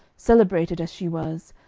celebrated as she was,